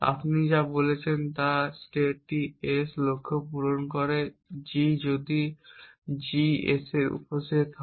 আপনি এখানে যা বলেছেন যে একটি স্টেট S লক্ষ্য পূরণ করে g যদি G S এর উপসেট হয়